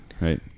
right